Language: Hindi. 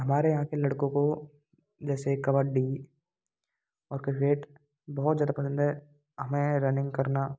हमारे यहाँ के लड़कों को जैसे कबड्डी और किर्केट बहुत ज़्यादा पसंद है हमें रनींग करना